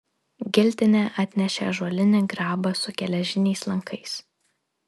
giltinė atnešė ąžuolinį grabą su geležiniais lankais